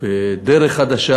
ודרך חדשה.